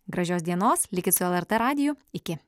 gražios dienos likit su lrt radiju iki